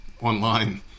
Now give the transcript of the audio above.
online